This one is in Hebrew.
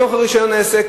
בתוך רשיון העסק,